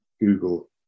Google